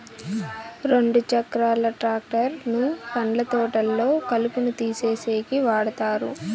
రెండు చక్రాల ట్రాక్టర్ ను పండ్ల తోటల్లో కలుపును తీసేసేకి వాడతారు